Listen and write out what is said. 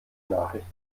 nachricht